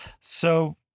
So-